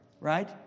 right